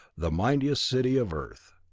the mightiest city of earth.